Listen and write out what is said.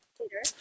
Later